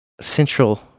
central